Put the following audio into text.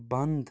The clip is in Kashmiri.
بنٛد